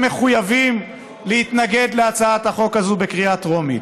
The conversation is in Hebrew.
מחויבים להתנגד להצעת החוק הזו בקריאה טרומית.